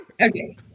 Okay